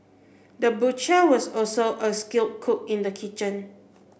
the butcher was also a skilled cook in the kitchen